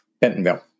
Bentonville